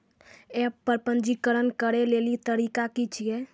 App पर पंजीकरण करै लेली तरीका की छियै?